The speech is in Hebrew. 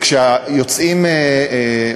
כשיוצאים,